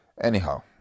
Anyhow